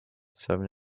seven